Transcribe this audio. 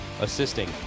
assisting